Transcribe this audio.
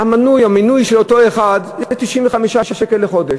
המינוי של אותו אחד זה 95 שקלים לחודש.